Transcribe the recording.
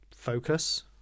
focus